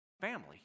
family